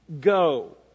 Go